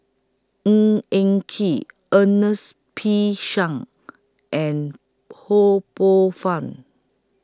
Ng Eng Kee Ernest P Shanks and Ho Poh Fun